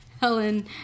Helen